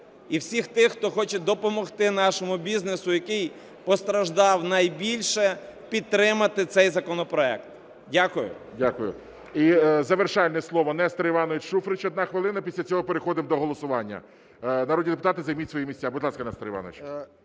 і всіх тих, хто хоче допомогти нашому бізнесу, який постраждав найбільше, підтримати цей законопроект. Дякую. ГОЛОВУЮЧИЙ. Дякую. І завершальне слово Нестор Іванович Шуфрич 1 хвилина. Після цього переходимо до голосування. Народні депутати, займіть свої місця. Будь ласка, Нестор Іванович.